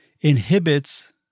inhibits